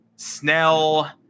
Snell